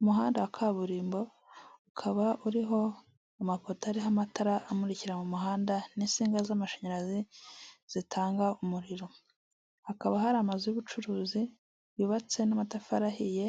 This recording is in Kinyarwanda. Umuhanda wa kaburimbo ukaba uriho amapota ariho amatara amurikira mu muhanda n'isinga z'amashanyarazi zitanga umuriro, hakaba hari amazu y'ubucuruzi yubatse n'amatafari ahiye